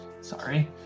sorry